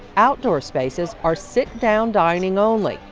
outdoor spaces are sit-down dining only.